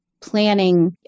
planning